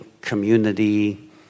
community